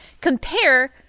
Compare